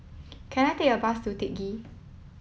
can I take a bus to Teck Ghee